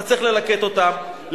אתה צריך ללקט אותם,